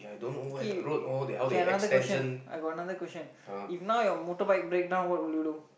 okay okay another question I got another question if now your motorbike breakdown what would you do